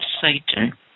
Satan